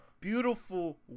beautiful